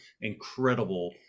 incredible